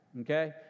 Okay